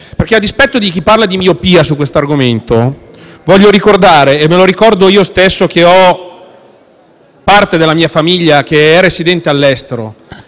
perché a dispetto di chi parla di miopia su questo argomento, voglio ricordare - e lo ricordo a me stesso, che ho parte della mia famiglia che è residente all'estero